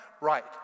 Right